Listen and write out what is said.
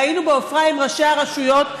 והיינו בעפרה עם ראשי הרשויות,